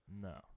No